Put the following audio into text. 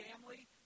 family